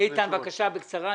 איתן, בבקשה, בקצרה.